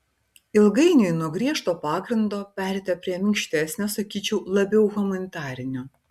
ilgainiui nuo griežto pagrindo pereita prie minkštesnio sakyčiau labiau humanitarinio